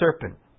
serpent